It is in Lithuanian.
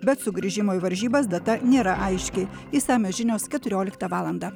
bet sugrįžimo į varžybas data nėra aiški išsamios žinios keturioliktą valandą